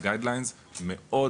עיקריים) וה- Guidelines (קווים המנחים),